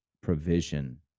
provision